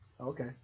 Okay